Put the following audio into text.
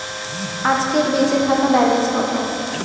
আজকের বেচে থাকা ব্যালেন্স কত?